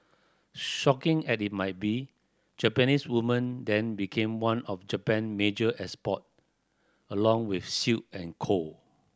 shocking as it might be Japanese women then became one of Japan major export along with silk and coal